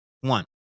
one